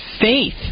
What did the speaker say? faith